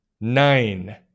Nine